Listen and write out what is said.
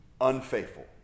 unfaithful